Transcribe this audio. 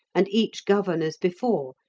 and each govern as before,